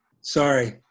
Sorry